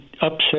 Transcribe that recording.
upset